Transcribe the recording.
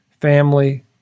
Family